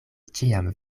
ĉiam